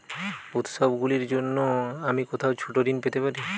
উত্সবগুলির জন্য আমি কোথায় ছোট ঋণ পেতে পারি?